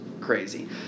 crazy